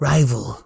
Rival